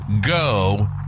go